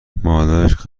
مادرش